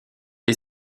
est